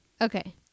Okay